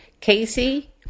Casey